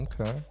okay